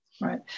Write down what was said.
Right